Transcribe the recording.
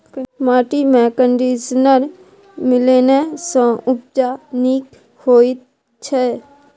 माटिमे कंडीशनर मिलेने सँ उपजा नीक होए छै